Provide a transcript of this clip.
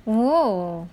oh